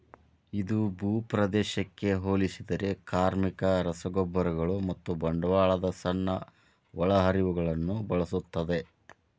ಇದು ಭೂಪ್ರದೇಶಕ್ಕೆ ಹೋಲಿಸಿದರೆ ಕಾರ್ಮಿಕ, ರಸಗೊಬ್ಬರಗಳು ಮತ್ತು ಬಂಡವಾಳದ ಸಣ್ಣ ಒಳಹರಿವುಗಳನ್ನು ಬಳಸುತ್ತದೆ